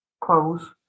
close